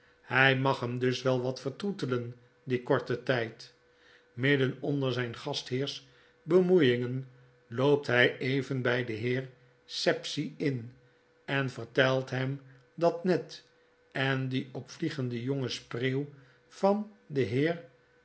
hij mag hem dus wel wat vertroetelen dien korten tijd midden onder zijn gastheers bemoeiingen loopt hij even bij den heer sapsea in en vertelt hem dat ned en dieopvliegendejongespreeuw van den heer